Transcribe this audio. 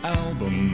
album